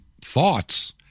thoughts